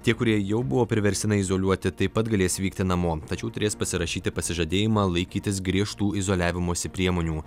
tie kurie jau buvo priverstinai izoliuoti taip pat galės vykti namo tačiau turės pasirašyti pasižadėjimą laikytis griežtų izoliavimosi priemonių